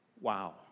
Wow